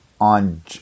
on